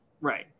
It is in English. Right